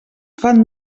fan